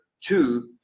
two